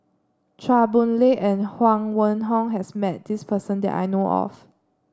Chua Boon Lay and Huang Wenhong has met this person that I know of